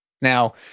Now